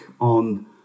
on